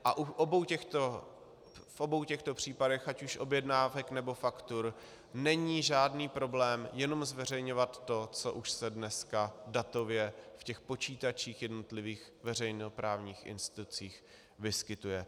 A v obou těchto případech, ať už objednávek, nebo faktur, není žádný problém jenom zveřejňovat to, co už se dneska datově v počítačích jednotlivých veřejnoprávních institucí vyskytuje.